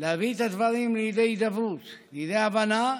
להביא את הדברים לידי הידברות, לידי הבנה,